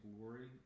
glory